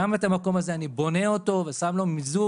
גם את המקום הזה אני בונה ושם בו מיזוג,